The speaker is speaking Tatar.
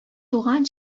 туган